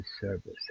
service